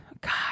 god